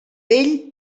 ell